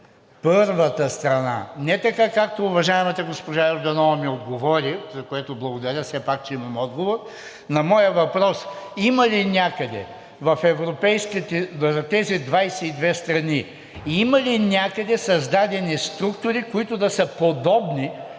първата страна – не така, както уважаемата госпожа Йорданова ми отговори, за което благодаря все пак, че имам отговор на моя въпрос: има ли някъде в тези 22 страни – има ли някъде създадени структури, които да са подобни